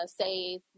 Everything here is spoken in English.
say